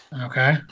Okay